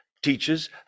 teaches